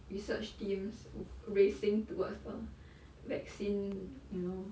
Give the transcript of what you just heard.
research teams oo racing towards the vaccine you know